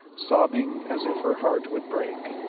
sobbing as if her heart would break.